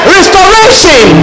Restoration